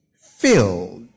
filled